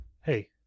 Hey